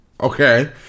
Okay